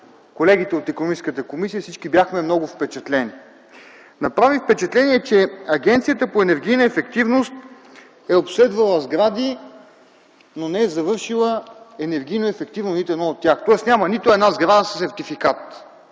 колегите от Икономическата комисия, всички бяхме много впечатлени, че Агенцията по енергийна ефективност е обследвала сгради, но не е завършила енергийно ефективно нито една от тях, тоест няма нито една сграда със сертификат.